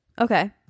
Okay